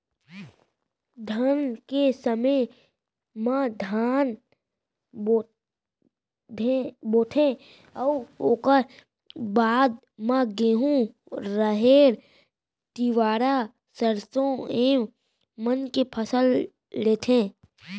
धान के समे म धान बोथें अउ ओकर बाद म गहूँ, राहेर, तिंवरा, सरसों ए मन के फसल लेथें